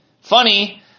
Funny